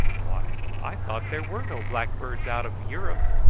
why, i thought there were no blackbirds out of europe.